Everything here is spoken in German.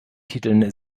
titeln